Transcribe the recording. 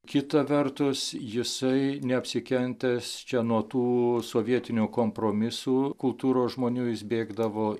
kita vertus jisai neapsikentęs čia nuo tų sovietinių kompromisų kultūros žmonių jis bėgdavo